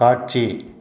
காட்சி